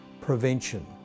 prevention